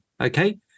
Okay